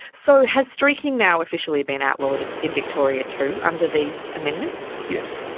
so has streaking now officially been outlawed and in victoria too under these amendments? yes.